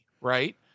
right